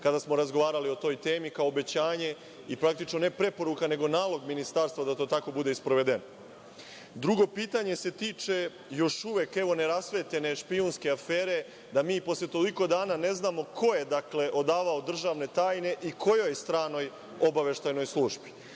kada smo razgovarali o toj temi, kao obećanje i praktično ne preporuka, nego nalog Ministarstva da to tako bude i sprovedeno? Drugo pitanje se tiče, još uvek nerasvetljene, špijunske afere, da mi posle toliko dana ne znamo ko je odavao državne tajne i kojoj stranoj obaveštajnoj